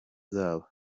zabo